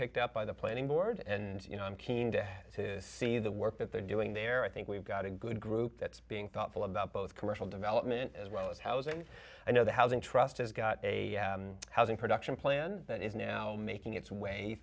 picked up by the planning board and you know i'm keen to see the work that they're doing there i think we've got a good group that's being thoughtful about both commercial development as well as housing i know the housing trust has got a housing production plan that is now making its way